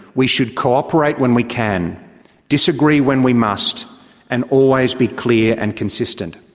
we should cooperate when we can disagree when we must and always be clear and consistent.